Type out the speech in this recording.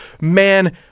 Man